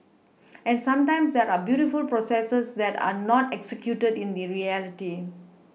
and sometimes there are beautiful processes that are not executed in the reality